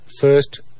first